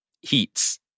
heats